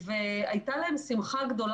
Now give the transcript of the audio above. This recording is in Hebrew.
ניתן לעבוד גם עם מסכה,